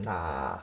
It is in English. nah